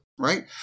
Right